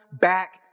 back